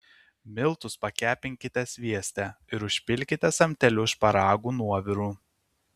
miltus pakepinkite svieste ir užpilkite samteliu šparagų nuoviru